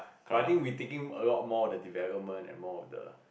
but I think we thinking a lot more the development and more of the